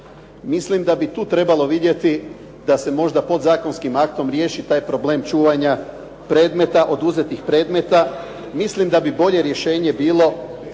mislim da bi tu trebalo vidjeti da se možda podzakonskim aktom riješi taj problem čuvanja predmeta, oduzetih predmeta. Mislim da bi bolje rješenje bilo